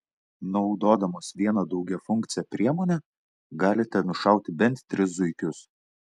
naudodamos vieną daugiafunkcę priemonę galite nušauti bent tris zuikius